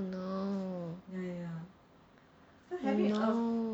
no no